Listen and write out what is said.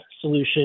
solution